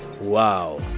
Wow